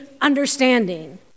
understanding